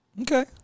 Okay